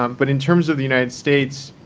um but in terms of the united states,